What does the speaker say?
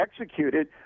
executed